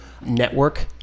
network